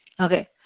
Okay